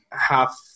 half